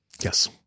Yes